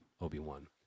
Obi-Wan